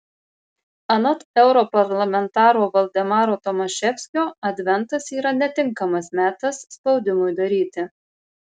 anot europarlamentaro valdemaro tomaševskio adventas yra netinkamas metas spaudimui daryti